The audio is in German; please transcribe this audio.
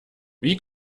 wie